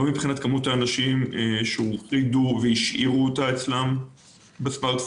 לא מבחינת כמות האנשים שהשאירו אותה אצלם בסמארטפון,